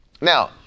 Now